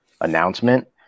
announcement